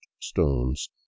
stones